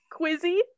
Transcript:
Quizzy